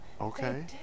Okay